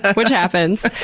which happens.